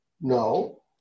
no